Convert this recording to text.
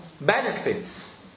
benefits